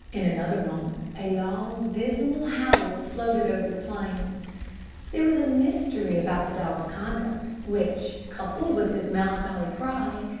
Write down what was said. in another moment a long, dismal howl floated over the plains there was a mystery about the dog's conduct which, coupled with his melancholy cry,